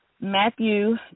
Matthew